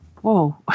whoa